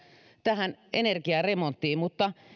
tähän energiaremonttiin mutta